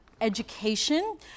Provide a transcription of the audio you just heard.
education